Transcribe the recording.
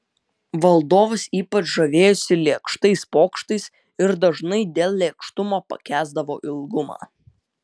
valdovas ypač žavėjosi lėkštais pokštais ir dažnai dėl lėkštumo pakęsdavo ilgumą